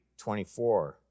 24